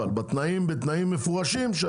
בתנאים מפורשים.